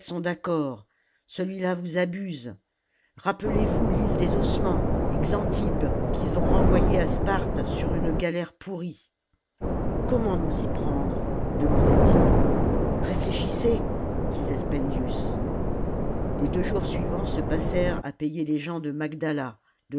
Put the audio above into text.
d'accord celui-là vous abuse rappelez-vous lile des ossements et xantippe qu'ils ont renvoyé à sparte sur une galère pourrie comment nous j prendre demandaient ils réfléchissez disait spendius les deux jours suivants se passèrent à payer les gens de magdala